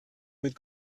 mit